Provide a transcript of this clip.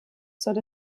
soll